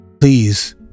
Please